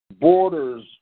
Borders